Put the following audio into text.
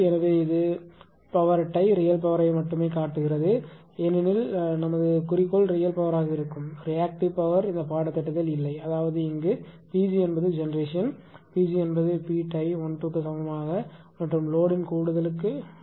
எனவே இது Ptie real பவரை மட்டுமே காட்டுகிறது ஏனெனில் எங்கள் குறிக்கோள் ரியல் பவராக இருக்கும் ரியாக்டிவ் பவர் இந்த பாடத்திட்டத்தில் இல்லை அதாவது இங்கு Pg என்பது ஜெனெரேஷன் Pg என்பது P டை 12 க்கு சமமாக மற்றும் லோடின் கூடுதல் ஆகும்